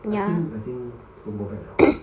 I think I think don't go back liao